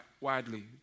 widely